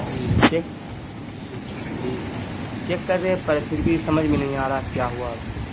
جی check جی جی جی چیک کر رہے ہیں پر پھر بھی سمجھ میں نہیں آ رہا کیا ہوا